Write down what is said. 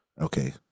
Okay